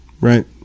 right